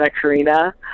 Karina